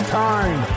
time